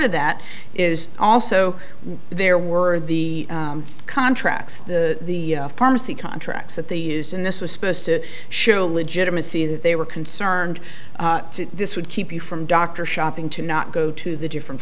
of that is also there were the contracts the the pharmacy contracts that they use and this was supposed to show legitimacy that they were concerned this would keep you from doctor shopping to not go to the different